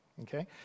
okay